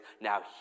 now